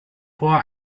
vor